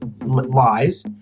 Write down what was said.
lies